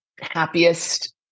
happiest